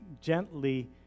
gently